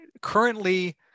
Currently